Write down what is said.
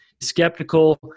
skeptical